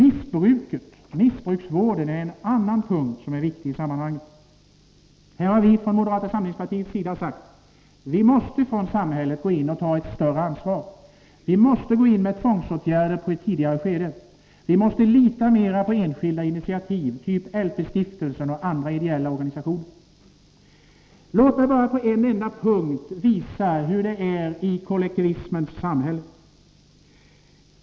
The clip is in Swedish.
Missbruksvården är en annan punkt som är viktig i sammanhanget. Vi har från moderata samlingspartiet sagt att samhället måste ta ett större ansvar. Man måste vidta tvångsåtgärder i ett tidigare skede. Man måste också lita mer till enskilda initiativ av typen LP-stiftelsen och andra ideella organisationer. Låt mig bara på en punkt visa hur det är i kollektivismens samhälle.